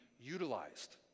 utilized